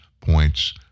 points